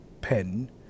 pen